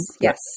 yes